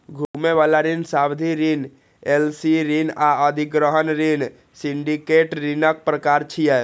घुमै बला ऋण, सावधि ऋण, एल.सी ऋण आ अधिग्रहण ऋण सिंडिकेट ऋणक प्रकार छियै